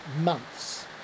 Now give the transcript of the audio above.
months